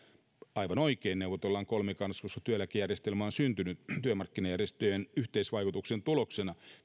aivan oikein neuvotellaan kolmikannassa koska työeläkejärjestelmä on syntynyt työmarkkinajärjestöjen yhteisvaikutuksen tuloksena